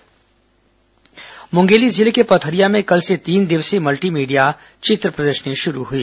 multimedia प्रदर्शनी मुंगेली जिले के पथरिया में कल से तीन दिवसीय मल्टीमीडिया चित्र प्रदर्शनी शुरू हुई